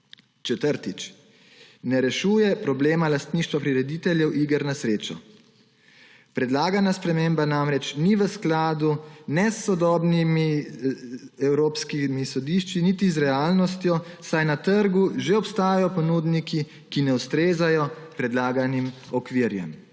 Četrtič, ne rešuje se problema lastništva prirediteljev iger na srečo. Predlagana sprememba namreč ni v skladu ne s sodobnimi evropskimi sodišči ne z realnostjo, saj na trgu že obstajajo ponudniki, ki ne ustrezajo predlaganim okvirom.